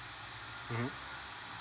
mmhmm